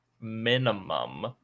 minimum